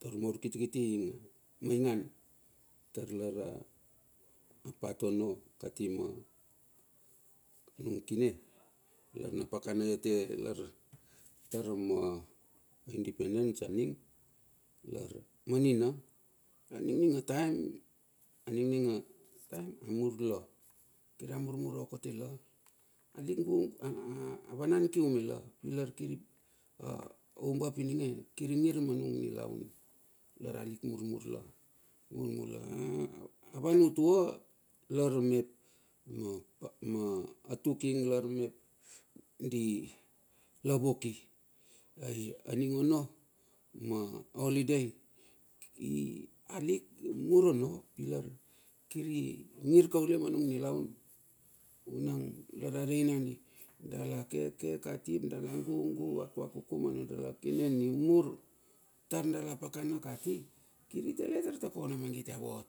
Tar ma urkitikiti ing a maingan tar lar a patono kati manung kine, larma pakana iote lar tar ma independance aning, lar manina aningning ataem amur la, kira murmur okotela a vanan kium la. pi lar oumbap ininge, kiri ngir manung nilaun, lar alik murmur la. Mur la avan utua matuk ing lar mep di. la wok i. Aning ono ma holiday, alik mur ono, ilar kir ngir kaule manung nilaun. Vunang dala rei nandi, dala keke kati ap dala gugu vakuku manu dala kine nimur tar dala pakana kati, kiri tale tar ta kona mangit ia vot.